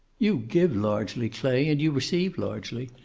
you give largely, clay, and you receive largely.